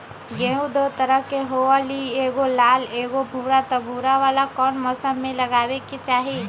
गेंहू दो तरह के होअ ली एगो लाल एगो भूरा त भूरा वाला कौन मौसम मे लगाबे के चाहि?